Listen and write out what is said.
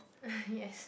yes